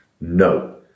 No